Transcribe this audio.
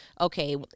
okay